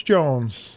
Jones